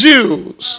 Jews